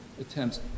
attempts